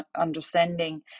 understanding